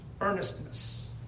earnestness